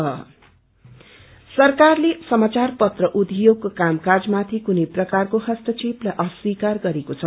newspaper सरकारले समाचार पत्र उद्योगको कामकाजमाथि कुनै प्रकारको हस्तक्षेपलाई अस्वीकार गरेको छ